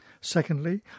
Secondly